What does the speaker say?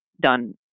done